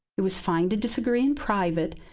it was fine to disagree in private,